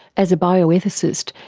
as a bioethicist,